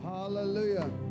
Hallelujah